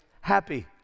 happy